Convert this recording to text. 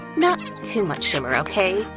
not too much shimmer, okay?